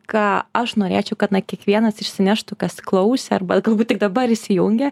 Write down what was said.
ką aš norėčiau kad na kiekvienas išsineštų kas klausė arba galbūt tik dabar įsijungė